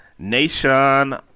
nation